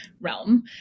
realm